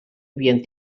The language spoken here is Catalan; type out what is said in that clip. havien